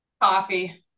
Coffee